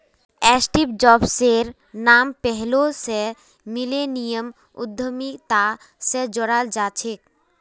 Steve जॉब्सेर नाम पैहलौं स मिलेनियम उद्यमिता स जोड़ाल जाछेक